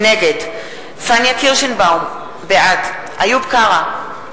נגד פניה קירשנבאום, בעד איוב קרא,